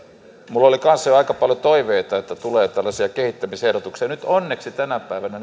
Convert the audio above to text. minulla oli kanssa jo aika paljon toiveita että tulee tällaisia kehittämisehdotuksia nyt onneksi tänä päivänä